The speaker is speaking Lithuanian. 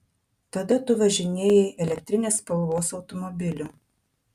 tada tu važinėjai elektrinės spalvos automobiliu